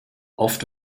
oft